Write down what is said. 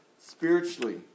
spiritually